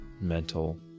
mental